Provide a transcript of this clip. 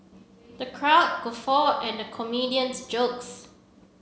the crowd guffawed at the comedian's jokes